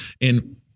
And-